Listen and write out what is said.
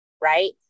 Right